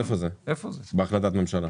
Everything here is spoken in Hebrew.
איפה זה בהחלטת הממשלה?